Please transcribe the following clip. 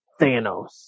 Thanos